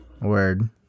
Word